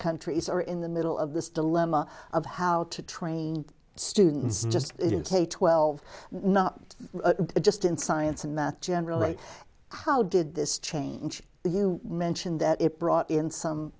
countries are in the middle of this dilemma of how to train students just twelve not just in science and math general right how did this change you mentioned that it brought in some